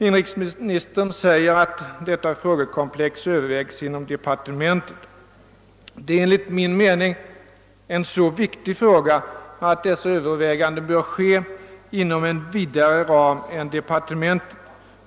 Inrikesministern sade att detta frågekomplex övervägs inom departementet. Detta är enligt min mening en så viktig fråga att övervägandena bör ske inom en vidare ram än departementet.